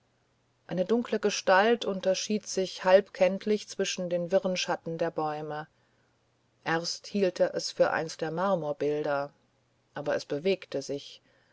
eine dunkle gestalt unterschied sich halb kenntlich zwischen den wirren schatten der bäume erst hielt er es für eins der marmorbilder aber es bewegte sich